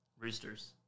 roosters